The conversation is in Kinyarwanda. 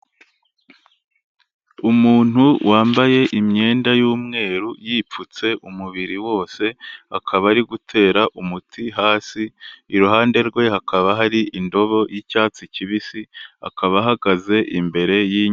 Umuntu wambaye imyenda y'umweru yipfutse umubiri wose, akaba ari gutera umuti hasi, iruhande rwe hakaba hari indobo y'icyatsi kibisi, akaba ahagaze imbere y'inyubako.